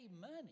money